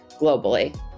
globally